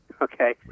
Okay